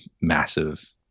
massive